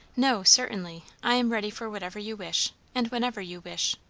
no, certainly. i am ready for whatever you wish, and whenever you wish.